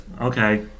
Okay